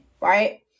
right